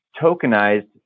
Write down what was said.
tokenized